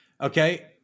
Okay